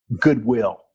goodwill